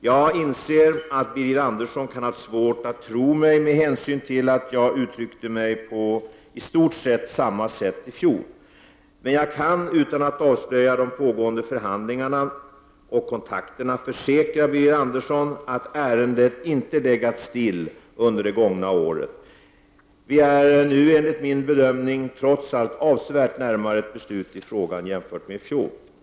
Jag inser att Birger Andersson kan ha svårt att tro mig med hänsyn till att jag uttryckte mig på i stort sett samma vis i fjol. Men jag kan, utan att avslöja något om de pågående förhandlingarna och kontakterna, försäkra Birger Andersson att ärendet inte legat still under det gångna året. Vi är nu enligt min bedömning trots allt avsevärt närmare ett beslut i frågan jämfört med i fjol.